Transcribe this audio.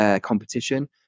competition